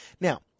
Now